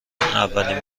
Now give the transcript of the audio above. اولین